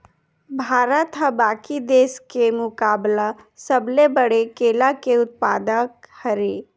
भारत हा बाकि देस के मुकाबला सबले बड़े केला के उत्पादक हरे